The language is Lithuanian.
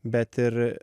bet ir